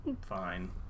fine